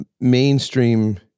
mainstream